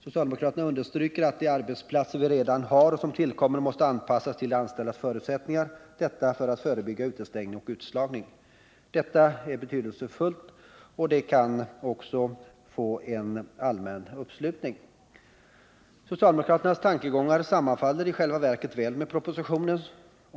Socialdemokraterna understryker att de arbetsplatser vi redan har och som tillkommer måste anpassas till de anställdas förutsättningar, detta för att förebygga utestängning och utslagning. Detta är betydelsefullt, och alla kan väl ansluta sig till det. Socialdemokraternas tankegångar sammanfaller i själva verket väl med propositionens.